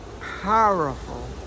powerful